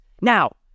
Now